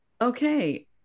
okay